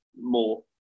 more